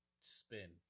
spin